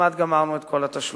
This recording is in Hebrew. וכמעט גמרנו את כל התשלומים.